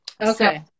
Okay